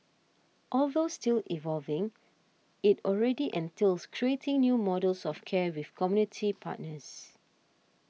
although still evolving it already entails creating new models of care with community partners